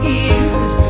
ears